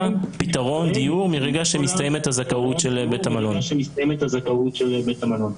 פתרון דיור מרגע שמסתיימת הזכאות של בית המלון?